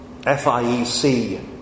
FIEC